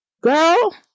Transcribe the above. girl